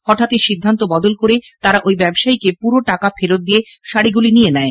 হঠাত্ ই সিদ্ধান্ত বদল কোরে তারা ওই ব্যবসায়ীকে পুরো টাকা ফেরত দিয়ে শাড়িগুলি নিয়ে নেয়